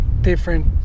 different